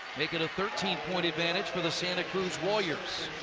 make it a thirteen point advantage for the santa cruz warriors.